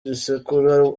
igisekuru